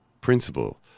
principle